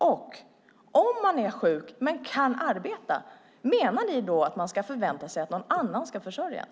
Om människor är sjuka men kan arbeta, menar ni då att de ska förvänta sig att några andra ska försörja dem?